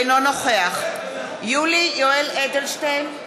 אינו נוכח יולי יואל אדלשטיין,